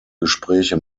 gespräche